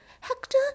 Hector